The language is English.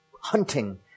hunting